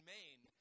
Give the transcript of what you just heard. Maine